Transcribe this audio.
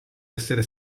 essere